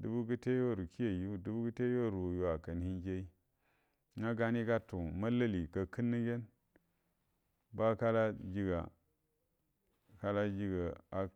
dubu gəteyu aru kiyeyi ju dubu gəteyu aru yu akkanə hinji yeyi nga gani gatu mallali gakənnə ngenə ba kala jiga kala jiga akk